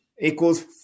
equals